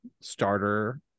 starter